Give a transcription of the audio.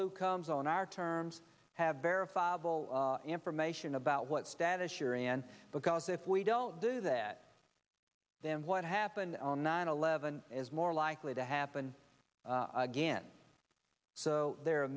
who comes on our terms have verifiable information about what status you're in because if we don't do that then what happened on nine eleven is more likely to happen again so there are